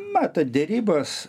matot derybos